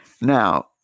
Now